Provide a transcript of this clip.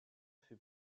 fut